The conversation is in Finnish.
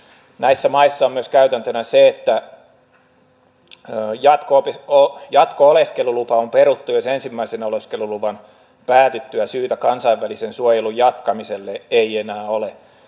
näissä maissa on myös käytäntönä se että jatko oleskelulupa on peruttu jos ensimmäisen oleskeluluvan päätyttyä syytä kansainvälisen suojelun jatkamiselle ei enää ole